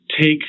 take